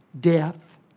death